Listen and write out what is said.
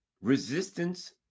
resistance